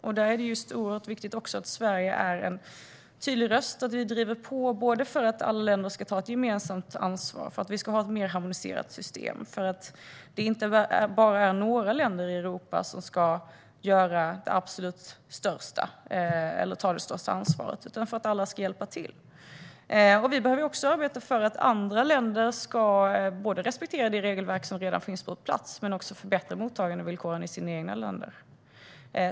Det är också oerhört viktigt att Sverige är en tydlig röst och att vi driver på för att alla länder ska ta ett gemensamt ansvar, för att vi ska ha ett mer harmoniserat system och för att det inte bara är några länder i Europa som ska ta det absolut största ansvaret. Alla ska hjälpa till. Vi behöver också arbeta för att andra länder ska respektera det regelverk som redan finns på plats men också förbättra mottagandevillkoren i sina egna länder.